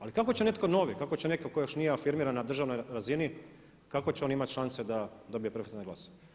Ali kako će netko novi, kako će netko tko još nije afirmiran na državnoj razini kako će on imati šanse da dobije preferencijalni glas.